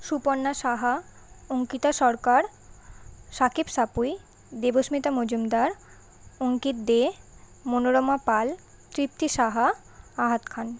Suparna Saha Ankita Sarkar Sakib Sanpui Debasmita Majumdar Ankit De Manorama Pal Tripti Saha Ahat Khan